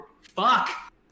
fuck